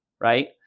right